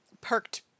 perked